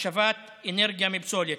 השבת אנרגיה מפסולת.